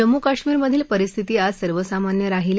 जम्मू कश्मीरमधील परिस्थिती आज सर्वसामान्य राहिली